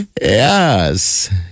Yes